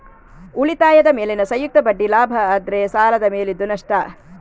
ಉಳಿತಾಯದ ಮೇಲಿನ ಸಂಯುಕ್ತ ಬಡ್ಡಿ ಲಾಭ ಆದ್ರೆ ಸಾಲದ ಮೇಲಿದ್ದು ನಷ್ಟ